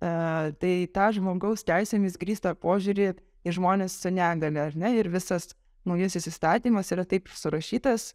e tai tą žmogaus teisėmis grįstą požiūrį į žmones su negalia ar ne ir visas naujasis įstatymas yra taip surašytas